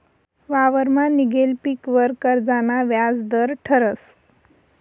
वावरमा निंघेल पीकवर कर्जना व्याज दर ठरस